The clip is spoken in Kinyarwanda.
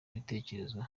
ibitekerezo